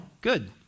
good